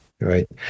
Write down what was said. Right